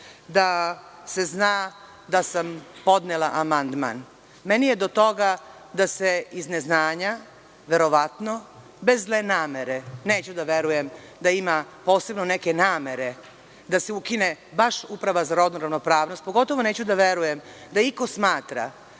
da se zna da sam podnela amandman. Meni je do toga da se iz neznanja, verovatno bez zle namere, neću da verujem da ima posebno neke namere da se ukine baš Uprava za rodnu ravnopravnost, a pogotovo neću da verujem da iko smatra